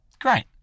Great